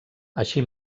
així